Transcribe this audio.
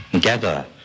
Gather